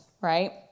right